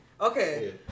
Okay